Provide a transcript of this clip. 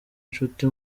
inshuti